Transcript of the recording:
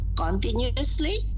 Continuously